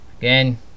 Again